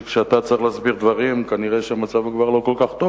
שכאשר אתה צריך להסביר דברים כנראה המצב לא כל כך טוב,